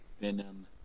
Venom